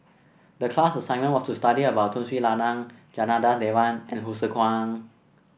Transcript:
the class assignment was to study about Tun Sri Lanang Janada Devans and Hsu Tse Kwang